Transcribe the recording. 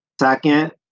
Second